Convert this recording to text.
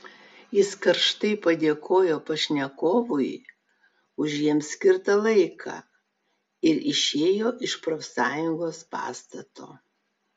jis karštai padėkojo pašnekovui už jiems skirtą laiką ir išėjo iš profsąjungos pastato